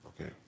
Okay